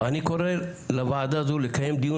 אני קורא לוועדה הזו לקיים דיון